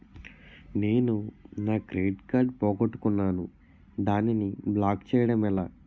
నేను నా credit card పోగొట్టుకున్నాను దానిని బ్లాక్ చేయడం ఎలా?